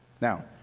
Now